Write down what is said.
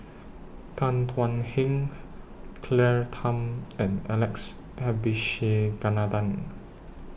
Tan Thuan Heng Claire Tham and Alex Abisheganaden